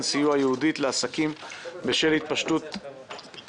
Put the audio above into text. סיוע ייעודית לעסקים בשל התפשטות נגיף הקורונה.